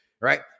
right